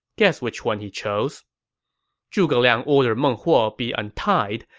guess which one he chose zhuge liang ordered meng huo be untied,